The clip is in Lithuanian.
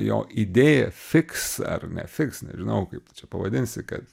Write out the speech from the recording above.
jo idėja fiks ar nefiks nežinau kaip čia pavadinsi kad